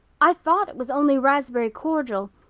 i thought it was only raspberry cordial.